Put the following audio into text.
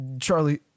Charlie